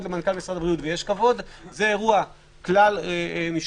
למנכ"ל משרד הבריאות ויש כבוד זה אירוע כלל משקי,